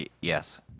yes